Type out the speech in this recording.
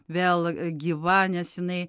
vėl gyva nes jinai